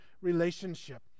relationship